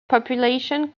population